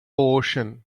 ocean